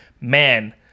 man